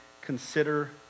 consider